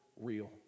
real